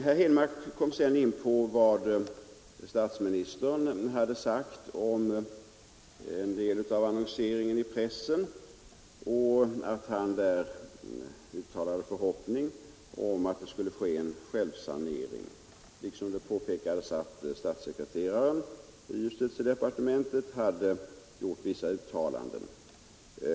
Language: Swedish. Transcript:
Herr Henmark kom sedan in på vad statsministern hade sagt om en del av annonseringen i pressen och att han uttalat förhoppningen att det skulle ske en självsanering, liksom det påpekades att statssekreteraren i justitiedepartementet hade gjort vissa uttalanden.